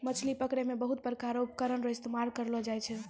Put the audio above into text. मछली पकड़ै मे बहुत प्रकार रो उपकरण रो इस्तेमाल करलो जाय छै